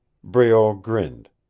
breault grinned.